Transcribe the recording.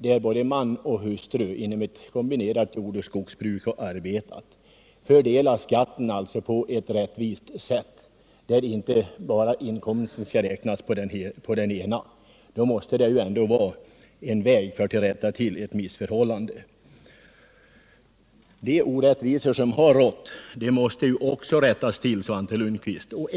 de fall man och hustru arbetar inom ett kombinerat jordoch skogsbruk fördela skatterna på ett rättvist sätt så att inkomsten inte läggs bara på den ena maken måste väl ändå vara en väg att rätta till ett tidigare missförhållande. Det är vad som gjorts. De orättvisor som råder måste väl avskaffas, Svante Lundkvist?